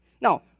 Now